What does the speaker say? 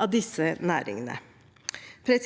av disse næringene. Det